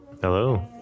Hello